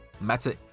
Matter